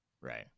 right